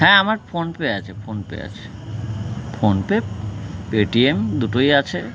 হ্যাঁ আমার ফোনপে আছে ফোনপে আছে ফোনপে পেটিএম দুটোই আছে